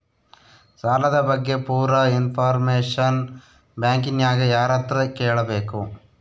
ಸಾಲದ ಬಗ್ಗೆ ಪೂರ ಇಂಫಾರ್ಮೇಷನ ಬ್ಯಾಂಕಿನ್ಯಾಗ ಯಾರತ್ರ ಕೇಳಬೇಕು?